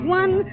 one